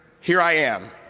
here i am.